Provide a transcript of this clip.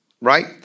right